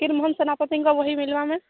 ଫକୀରମୋହନ୍ ସେନାପତିଙ୍କ ବହି ମିଲିବା ମ୍ୟାମ୍